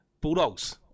Bulldogs